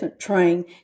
train